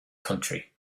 country